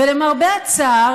ולמרבה הצער,